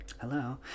Hello